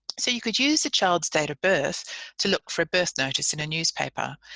so, you could use the child's date of birth to look for a birth notice in a newspaper.